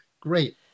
Great